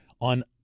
on